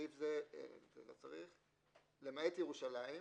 למעט ירושלים,